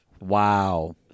Wow